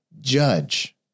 judge